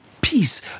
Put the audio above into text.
peace